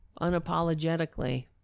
Unapologetically